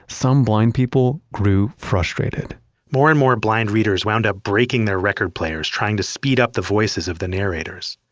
some blind people grew frustrated more and more blind readers wound up breaking their record players, trying to speed up the voices of the narrators.